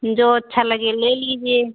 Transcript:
जो अच्छा लगे ले लीजिए